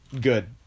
good